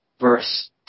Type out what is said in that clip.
verse